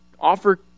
offer